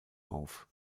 auf